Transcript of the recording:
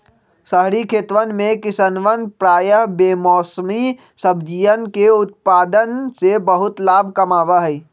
शहरी खेतवन में किसवन प्रायः बेमौसमी सब्जियन के उत्पादन से बहुत लाभ कमावा हई